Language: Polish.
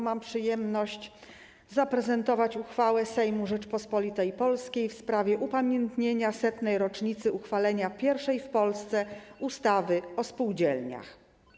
Mam przyjemność zaprezentować uchwałę Sejmu Rzeczypospolitej Polskiej w sprawie upamiętnienia setnej rocznicy uchwalenia pierwszej w Polsce ustawy o spółdzielniach.